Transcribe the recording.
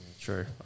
True